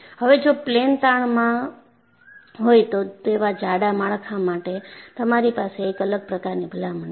હવે જો પ્લેન તાણમાં હોય તો તેવા જાડા માળખાં માટે તમારી પાસે એક અલગ પ્રકારની ભલામણ છે